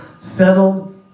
settled